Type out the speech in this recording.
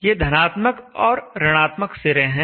ये धनात्मक और ऋणात्मक सिरे हैं